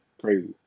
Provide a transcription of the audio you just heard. Crazy